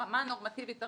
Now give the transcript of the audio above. ברמה הנורמטיבית הרגילה,